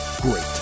great